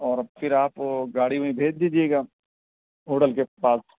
اور پھر آپ گاڑی میں بھیجج دیجیے گا ہوٹل کے پاس